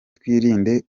twirinde